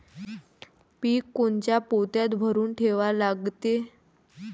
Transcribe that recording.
पीक कोनच्या पोत्यात भरून ठेवा लागते?